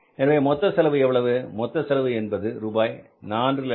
எனவே மொத்த செலவு எவ்வளவு மொத்த செலவு என்பது ரூபாய் 450010